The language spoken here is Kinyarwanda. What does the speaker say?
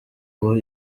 ubu